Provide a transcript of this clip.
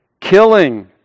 killing